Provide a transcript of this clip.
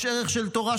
יש ערך של תורה,